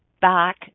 back